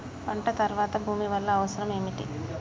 పంట తర్వాత భూమి వల్ల అవసరం ఏమిటి?